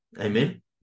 Amen